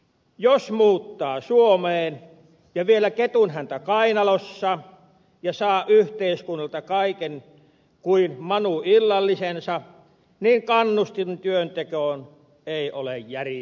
jos muuttaa suomeen ja vielä ketunhäntä kainalossa ja saa yhteiskunnalta kaiken kuin manu illallisensa niin kannustin työntekoon ei ole järin suuri